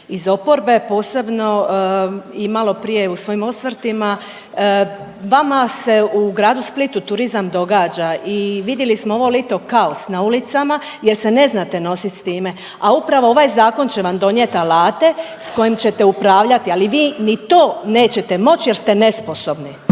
iz oporbe posebno i malo prije u svojim osvrtima. Vama se u gradu Splitu turizam događa i vidjeli smo ovo lito kaos na ulicama jer se ne znate nositi sa time, a upravo ovaj zakon će vam donijet alate sa kojim ćete upravljati. Ali vi ni to nećete moći jer ste nesposobni!